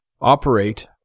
operate